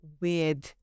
weird